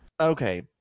Okay